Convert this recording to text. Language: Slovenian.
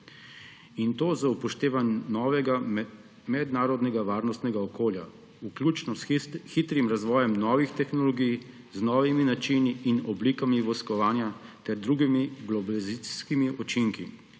in to z upoštevanjem novega mednarodnega varnostnega okolja, vključno s hitrim razvojem novih tehnologij, z novimi načini in oblikami vojskovanja ter drugimi globalizacijskimi učinki,